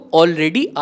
already